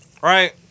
right